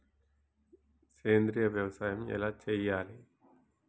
సేంద్రీయ వ్యవసాయం ఎలా చెయ్యాలే?